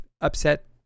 upset